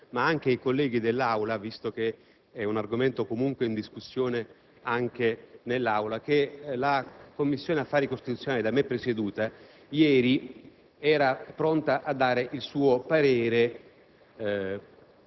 ma pure i colleghi dell'Assemblea, visto che è un argomento in discussione anche in Aula, che la 1a Commissione affari costituzionali, da me presieduta, ieri era pronta a esprimere il suo parere